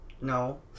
No